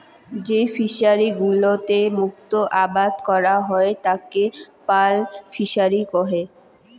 যেই ফিশারি গুলোতে মুক্ত আবাদ করাং হই তাকে পার্ল ফিসারী কুহ